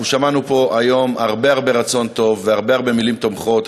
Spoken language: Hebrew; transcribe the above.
אנחנו שמענו פה היום הרבה הרבה רצון טוב והרבה הרבה מילים תומכות,